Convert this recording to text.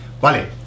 Vale